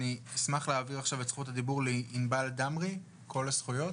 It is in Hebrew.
אשמח להעביר את זכות הדיבור לענבל דמרי "כל הזכויות".